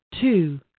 two